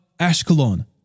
Ashkelon